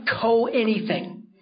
co-anything